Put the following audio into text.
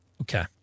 Okay